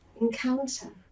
encounter